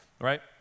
right